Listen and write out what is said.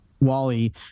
wally